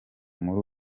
muri